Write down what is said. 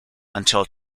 until